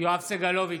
יואב סגלוביץ'